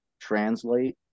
translate